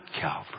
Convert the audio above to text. Calvary